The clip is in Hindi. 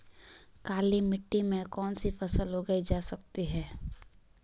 काली मिट्टी में कौनसी फसल उगाई जा सकती है?